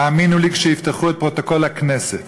תאמינו לי, כשיפתחו את פרוטוקול הכנסת